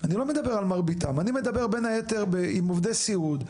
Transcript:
אני מדבר בין היתר על עובדי סיעוד,